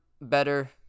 better